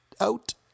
out